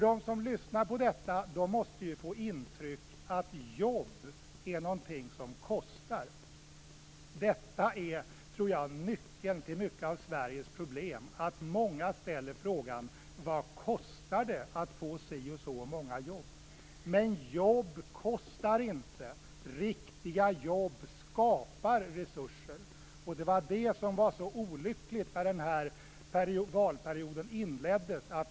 De som lyssnar på detta måste ju få intrycket att jobb är någonting som kostar. Detta är, tror jag, nyckeln till mycket av Sveriges problem. Många ställer frågan: Vad kostar det att få si eller så många jobb? Men jobb kostar inte. Riktiga jobb skapar resurser. Det var det som var så olyckligt när den här valperioden inleddes.